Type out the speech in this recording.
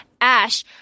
ash